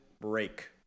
break